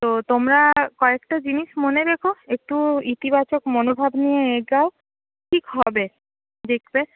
তো তোমরা কয়েকটা জিনিস মনে রেখো একটু ইতিবাচক মনোভাব নিয়ে এগোও ঠিক হবে দেখবে